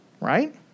right